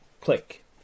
click